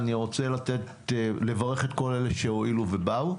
אני רוצה לברך את כל אלה שהואילו ובאו.